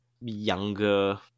younger